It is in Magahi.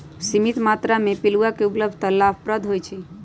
सीमित मत्रा में पिलुआ के उपलब्धता लाभप्रद होइ छइ